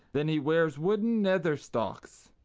then he wears wooden nether-stocks.